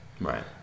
Right